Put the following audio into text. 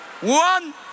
one